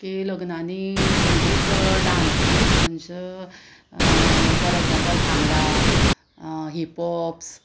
की लग्नांनी संगीत डांस म्हणजे फॉर एग्जाम्पल भांगडा हिपहॉप्स